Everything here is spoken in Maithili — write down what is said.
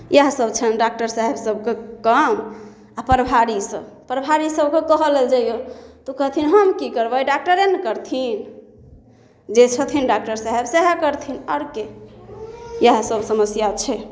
इएह सब छनि डाक्टर साहब सबके काम आ प्रभारी सब प्रभारी सबके कह लए जइयौ तऽ ओ कहथिन हम की करबै डाक्टरे ने करथिन जे छथिन डाक्टर साहब सएह करथिन और के इएह सब समस्या छै